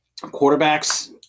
quarterbacks